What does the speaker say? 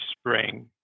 spring